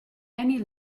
any